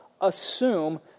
assume